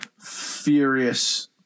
Furious